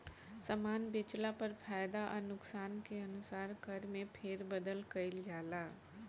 सामान बेचला पर फायदा आ नुकसान के अनुसार कर में फेरबदल कईल जाला